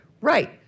Right